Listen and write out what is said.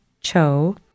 Cho